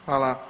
Hvala.